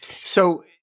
So-